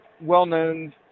well-known